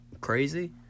crazy